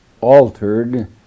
altered